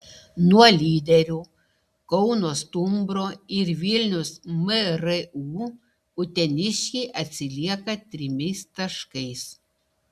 nuo lyderių kauno stumbro ir vilniaus mru uteniškiai atsilieka trimis taškais